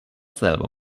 selber